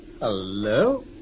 Hello